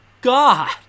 God